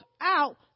out